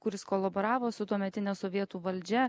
kuris kolaboravo su tuometine sovietų valdžia